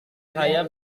saya